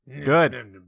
good